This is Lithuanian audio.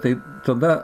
taip tada